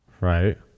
Right